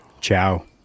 Ciao